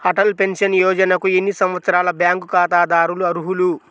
Atal pension యోజనకు ఎన్ని సంవత్సరాల బ్యాంక్ ఖాతాదారులు అర్హులు?